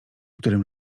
którym